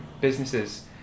businesses